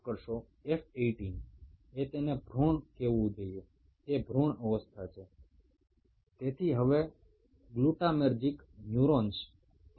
এখন এই গ্লুটামেটার্জিক নিউরনগুলো নিউরোট্রান্সমিটার হিসাবে গ্লুটামেট নিঃসরণ করে